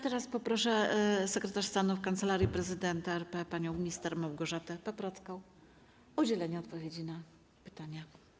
Teraz poproszę sekretarz stanu w Kancelarii Prezydenta RP panią minister Małgorzatę Paprocką o udzielenie odpowiedzi na pytania.